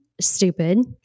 stupid